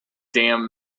damn